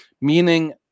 Meaning